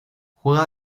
juega